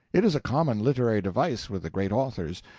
it is a common literary device with the great authors.